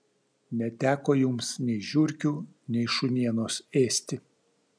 neteko jums nei žiurkių nei šunienos ėsti